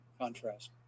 contrast